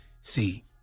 see